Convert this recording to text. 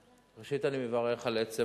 ראשית, אני מברך על עצם